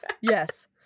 Yes